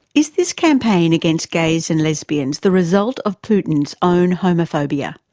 is this campaign against gays and lesbians the result of putin's own homophobia?